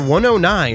109